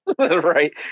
Right